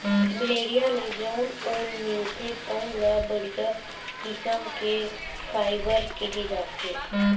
भेड़िया ले जउन ऊन मिलथे तउन ल बड़िहा किसम के फाइबर केहे जाथे